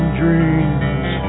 dreams